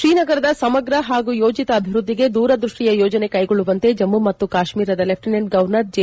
ಶ್ರೀನಗರದ ಸಮಗ್ರ ಪಾಗೂ ಯೋಜಿತ ಅಭಿವ್ಯದ್ದಿಗೆ ದೂರದ್ವಷ್ಟಿಯ ಯೋಜನೆ ಕೈಗೊಳ್ಳುವಂತೆ ಜಮ್ನು ಮತ್ತು ಕಾಶ್ಮೀರದ ಲೆಫ್ಲಿನೆಂಟ್ ಗವರ್ನರ್ ಜಿ